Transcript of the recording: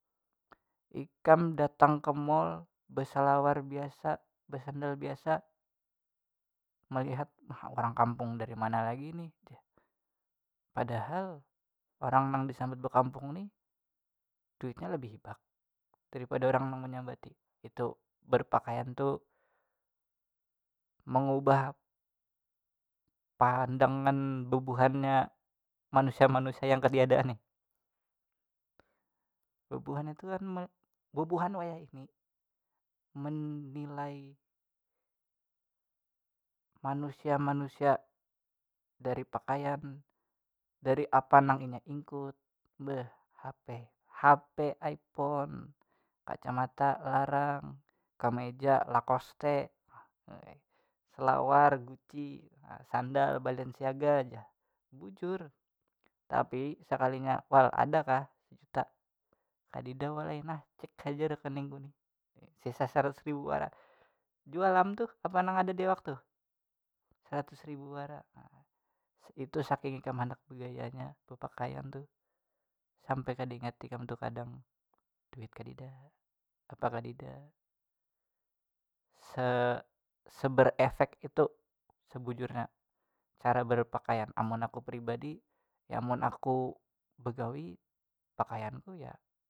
Ikam datang ke mall beselawar biasa besendal biasa malihat muha orang kampung dari mana lagi nih jar padahal orang nang disambat bakampung nih duitnya labih hibak daripada orang nang menyambati itu, berpakaian tu mengubah pandangan bubuhannya manusia manusia yang ketiadaan nih bubuhannya tu kan bubuhan wayahini menilai manusia manusia dari pakaian dari apa nang inya ingkut bah hp hp iphone kacamata larang kameja lacoste salawar gucci nah sandal balaenciaga jar bujur tapi sekalinya wal adakah sejuta kadida wal ai nah cek aja rekeningku ni sisa seratus ribu wara jual am tu apa nang ada di awak tuh seratus ribu wara itu saking ikam handak begayanya bepakaian tu sampai kada ingat ikam tu kadang duit kadida apa kadida sese- berefek itu sebujurnya cara berpakaian amun aku pribadi ya mun aku begawi pakaianku ya.